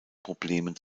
problemen